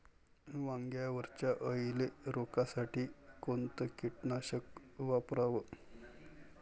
वांग्यावरच्या अळीले रोकासाठी कोनतं कीटकनाशक वापराव?